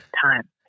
time